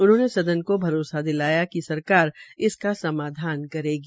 उन्होंने सदन को भरोसा दिलाया कि सरकार इसका समधान करेगी